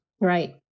Right